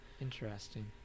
Interesting